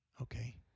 Okay